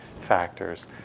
factors